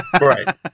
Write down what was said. Right